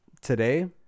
today